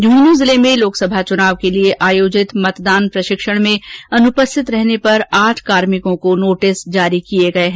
झुन्झुनू जिले में लोकसभा चुनाव के लिये आयोजित मतदान प्रशिक्षण में अनुपस्थित रहने पर आठ कार्मिकों को कारण बताओ नोटिस जारी किया गया है